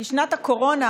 שנת הקורונה,